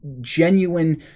genuine